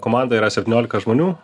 komanda yra septyniolika žmonių